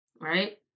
Right